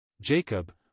Jacob